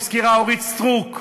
שהזכירה אורית סטרוק,